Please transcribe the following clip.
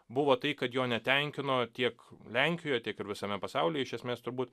buvo tai kad jo netenkino tiek lenkijoje tiek ir visame pasaulyje iš esmės turbūt